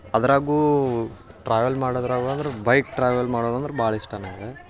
ಅದರಾಗೂ travel ಮಾಡೋದ್ರಾಗ ಆದರೂ bike travel ಮಾಡೋದಂದ್ರೆ ಭಾಳ ಇಷ್ಟ ನಂಗೆ